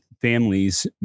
families